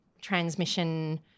transmission